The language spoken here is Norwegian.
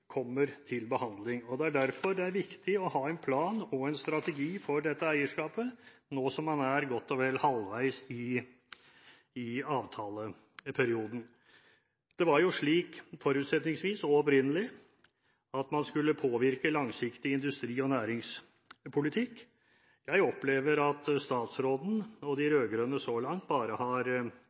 kommer til behandling. Og det er derfor det er viktig å ha en plan og en strategi for dette eierskapet, nå som man er godt og vel halvveis i avtaleperioden. Det var jo slik forutsetningsvis og opprinnelig at man skulle påvirke langsiktig industri- og næringspolitikk. Jeg opplever at statsråden og de rød-grønne så langt bare har